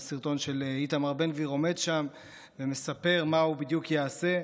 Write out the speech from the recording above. יש סרטון של איתמר בן גביר עומד שם ומספר מה הוא בדיוק יעשה.